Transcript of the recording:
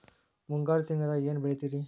ಮುಂಗಾರು ತಿಂಗಳದಾಗ ಏನ್ ಬೆಳಿತಿರಿ?